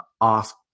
ask